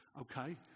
Okay